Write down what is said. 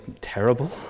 terrible